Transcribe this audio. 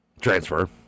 Transfer